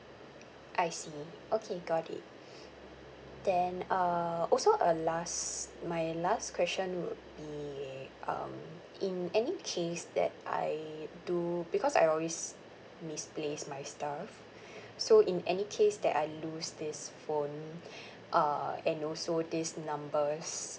I see okay got it then uh also a last my last question would be um in any case that I do because I always misplace my stuff so in any case that I lose this phone uh and also this number's